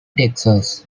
texas